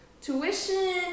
tuition